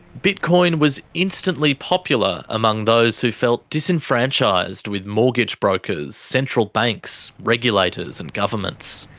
bitcoin was instantly popular among those who felt disenfranchised with mortgage brokers, central banks, regulators, and governments.